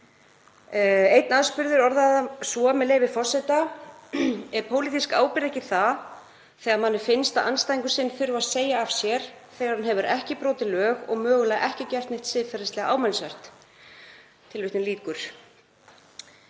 Einn aðspurður orðaði það svo, með leyfi forseta: „Er pólitísk ábyrgð ekki það, þegar manni finnst að andstæðingur sinn þurfi að segja af sér þegar hann hefur ekki brotið lög og mögulega ekki gert neitt siðferðilega ámælisvert?“ Það má